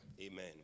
Amen